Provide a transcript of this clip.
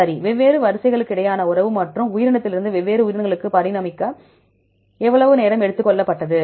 சரி வெவ்வேறு வரிசைகளுக்கிடையேயான உறவு மற்றும் ஒரு உயிரினத்திலிருந்து வெவ்வேறு உயிரினங்களுக்கு பரிணமிக்க எவ்வளவு நேரம் எடுத்துக் கொள்ளப்பட்டது